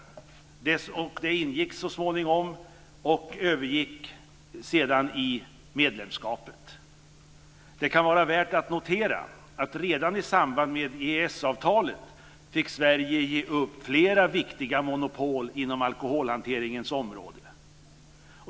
Det ingicks så småningom och övergick sedan i medlemskapet. Det kan vara värt att notera att Sverige redan i samband med EES-avtalet fick ge upp flera viktiga monopol på alkoholhanteringens område.